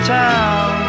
town